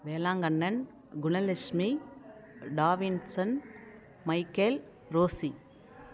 Velankannan Gunalakshmi Dobinson Michael Rosie